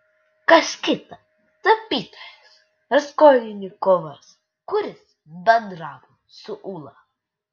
kas kita tapytojas raskolnikovas kuris bendravo su ūla